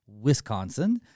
Wisconsin